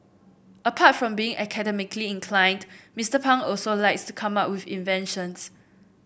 apart from being academically inclined Mister Pang also likes to come up with inventions